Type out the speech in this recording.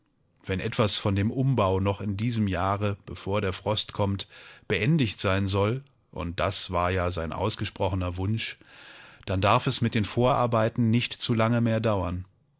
wenn etwas von dem umbau noch in diesem jahre bevor der frost kommt beendigt sein soll und das war ja sein ausgesprochener wunsch dann darf es mit den vorarbeiten nicht zu lange mehr dauern